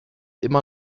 immer